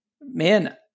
man